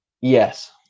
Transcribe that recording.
Yes